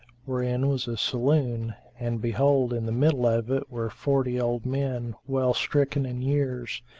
wherein was a saloon and behold, in the middle of it were forty old men, well stricken in years,